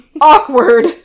Awkward